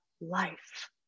life